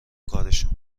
کارشون